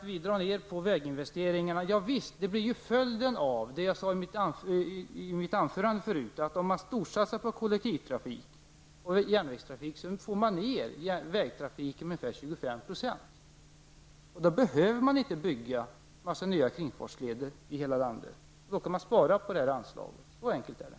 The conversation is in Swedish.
Ja, vi drar ned på väginvesteringarna. Om man gör stora satsningar på kollektivtrafik och järnvägstrafik får man, som jag sade i mitt anförande, ned vägtrafiken med ungefär 25 %. Då behöver man inte bygga en mängd nya kringfartsleder i hela landet. Då kan man spara på det här anslaget. Så enkelt är det.